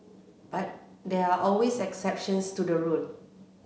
but there are always exceptions to the rule